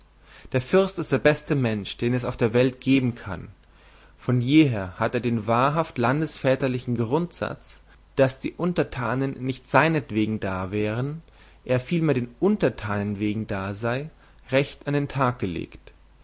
der fürst ist der beste mensch den es auf der welt geben kann von jeher hat er den wahrhaft landesväterlichen grundsatz daß die untertanen nicht seinetwegen da wären er vielmehr der untertanen wegen da sei recht an den tag gelegt